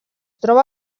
troba